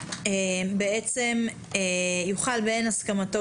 בעצם יוכל באין הסכמתו,